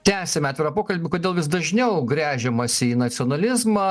tęsiame atvirą pokalbį kodėl vis dažniau gręžiamasi į nacionalizmą